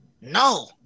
No